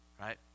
right